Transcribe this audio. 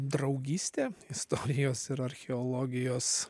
draugystė istorijos ir archeologijos